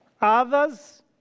others